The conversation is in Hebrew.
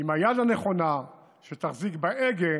עם היד הנכונה שתחזיק בהגה